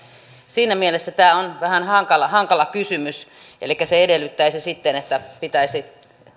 siinä mielessä tämä on vähän hankala hankala kysymys elikkä se edellyttäisi sitten sitä että pitäisi